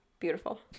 beautiful